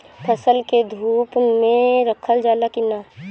फसल के धुप मे रखल जाला कि न?